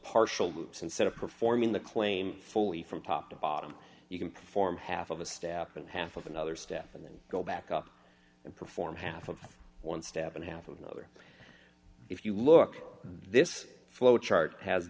partial loops instead of performing the claim fully from top to bottom you can perform half of a step and half of another step and then go back up and perform half of one step in half and another if you look at this flow chart has